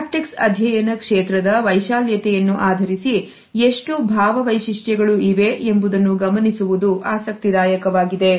ಹ್ಯಾಪ್ಟಿಕ್ಸ್ಅಧ್ಯಯನ ಕ್ಷೇತ್ರದ ವೈಶಾಲ್ಯತೆಯನ್ನು ಆಧರಿಸಿ ಎಷ್ಟು ಭಾವ ವೈಶಿಷ್ಟ್ಯಗಳು ಇವೆ ಎಂಬುದನ್ನು ಗಮನಿಸುವುದು ಆಸಕ್ತಿದಾಯಕವಾಗಿದೆ